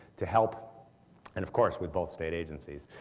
to help and of course with both state agencies,